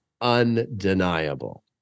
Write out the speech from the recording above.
undeniable